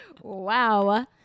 Wow